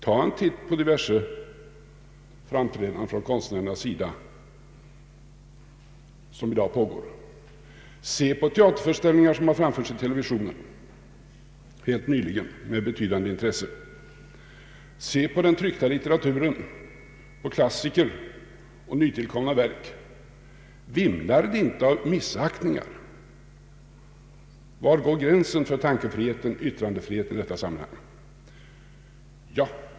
Tag en titt på olika framträdanden från konstnärernas sida som görs i dag! Tänk på de teaterföreställningar som framförts i televisionen helt nyligen och väckt betydande intresse! Se på den tryckta litteraturen, på klassiker och nytillkomna verk! Vimlar det inte av missaktningar? Var går gränsen för tankefriheten och yttrandefriheten i detta sammanhang?